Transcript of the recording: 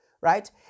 right